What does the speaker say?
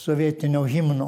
sovietinio himno